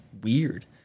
weird